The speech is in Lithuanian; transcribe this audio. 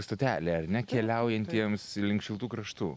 stotelė ar ne keliaujantiems link šiltų kraštų